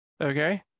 okay